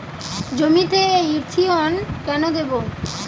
জমিতে ইরথিয়ন কেন দেবো?